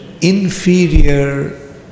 inferior